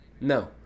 No